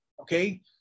okay